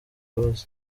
imbabazi